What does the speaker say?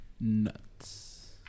nuts